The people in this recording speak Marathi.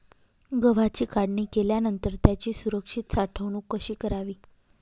गव्हाची काढणी केल्यानंतर त्याची सुरक्षित साठवणूक कशी करावी?